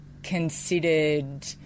considered